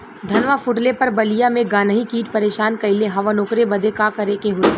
धनवा फूटले पर बलिया में गान्ही कीट परेशान कइले हवन ओकरे बदे का करे होई?